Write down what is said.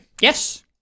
Yes